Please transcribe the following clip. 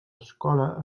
escola